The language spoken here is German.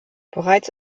bereits